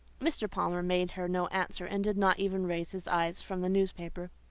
mr. palmer made her no answer, and did not even raise his eyes from the newspaper.